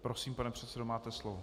Prosím, pane předsedo, máte slovo.